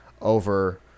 over